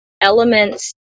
elements